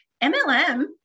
MLM